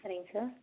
சரிங்க சார்